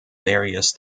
various